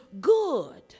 good